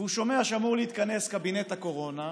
ושומע שאמור להתכנס קבינט הקורונה,